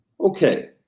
Okay